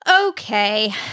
Okay